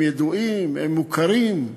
הם ידועים, הם מוכרים,